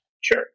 Sure